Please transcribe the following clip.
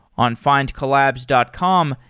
on findcollabs dot com,